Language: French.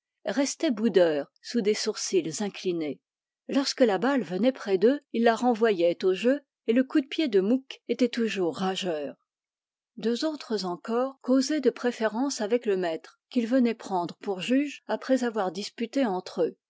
restait boudeur sous des sourcils inclinés lorsque la balle venait près d'eux ils la renvoyaient au jeu et le coup de pied de mouque était toujours rageur deux autres encore causaient de préférence avec le maître qu'ils venaient prendre pour juge après avoir disputé entre eux